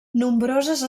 nombroses